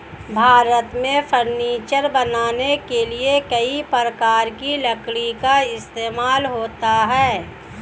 भारत में फर्नीचर बनाने के लिए कई प्रकार की लकड़ी का इस्तेमाल होता है